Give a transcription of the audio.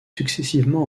successivement